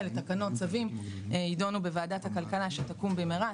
בתקנות ובצווים הללו יידון בוועדת הכלכלה שתקום במהרה.